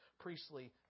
priestly